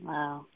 Wow